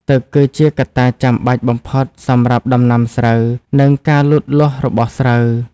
ទឹកគឺជាកត្តាចាំបាច់បំផុតសម្រាប់ដំណាំស្រូវ និងការលូតលាស់របស់ស្រូវ។